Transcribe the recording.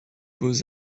beaux